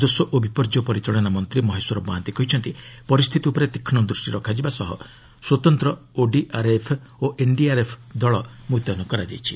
ରାଜସ୍ୱ ଓ ବିପର୍ଯ୍ୟୟ ପରିଚାଳନା ମନ୍ତ୍ରୀ ମହେଶ୍ୱର ମହାନ୍ତି କହିଛନ୍ତି ପରିସ୍ଥିତି ଉପରେ ତୀକ୍ଷ୍ଣ ଦୃଷ୍ଟି ରଖାଯିବା ସହ ସ୍ୱତନ୍ତ୍ର ଓଡ୍ରାଫ୍ ଓ ଏନ୍ଡିଆର୍ଏଫ୍ ଦଳ ମୁତୟନ କରାଯାଇଛି